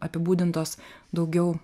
apibūdintos daugiau